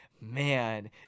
Man